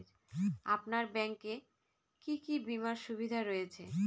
আপনার ব্যাংকে কি কি বিমার সুবিধা রয়েছে?